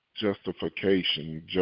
justification